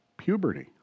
Puberty